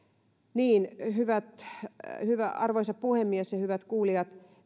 niin arvoisa puhemies ja hyvät kuulijat